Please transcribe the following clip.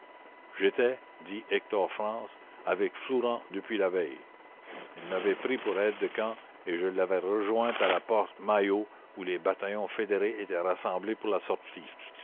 j'étais dit hector france avec flourens depuis la veille il m'avait pris pour aide de camp et je l'avais rejoint à la porte maillot où les bataillons fédérés étaient rassemblés pour la sortie